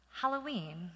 Halloween